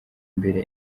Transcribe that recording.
imbere